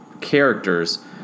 characters